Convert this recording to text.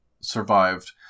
survived